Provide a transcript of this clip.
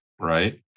Right